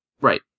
Right